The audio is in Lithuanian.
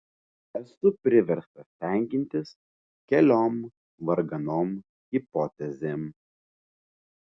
esu priverstas tenkintis keliom varganom hipotezėm